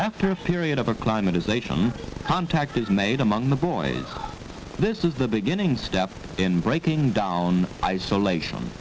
after a period of a climate is a term contact is made among the boys this is the beginning step in breaking down isolation